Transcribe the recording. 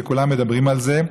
וכולם מדברים על זה.